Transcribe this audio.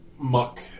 Muck